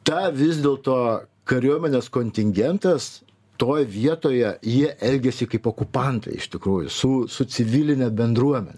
tą vis dėlto kariuomenės kontingentas toj vietoje jie elgėsi kaip okupantai iš tikrųjų su su civiline bendruomene